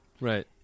Right